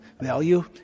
value